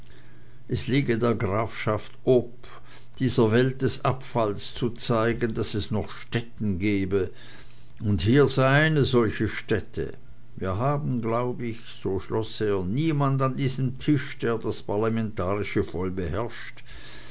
es liege der grafschaft ob dieser welt des abfalls zu zeigen daß es noch stätten gäbe und hier sei eine solche stätte wir haben glaub ich so schloß er niemand an diesem tisch der das parlamentarische voll beherrscht